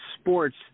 sports